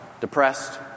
depressed